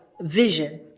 vision